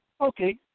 Okay